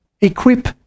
Equip